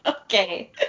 Okay